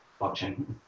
blockchain